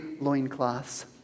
loincloths